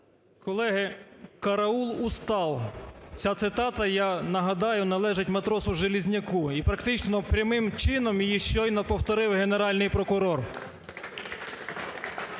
Колеги, "Караул, устал!", – ця цитата я нагадаю, належить матросу Желязняку і практично, прямим чином її щойно повторив Генеральний прокурор.